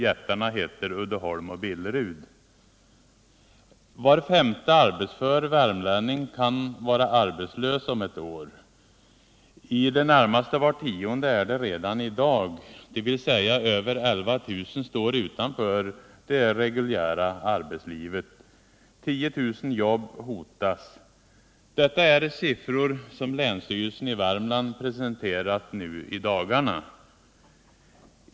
Jättarna heter Var femte arbetsför värmlänning kan vara arbetslös om ett år. I det närmaste var tionde är arbetslös redan i dag, dvs. över 11 000 står utanför det reguljära arbetslivet. 10 000 jobb hotas. Detta är siffror som länsstyrelsen i Värmland presenterat nu i dagarna.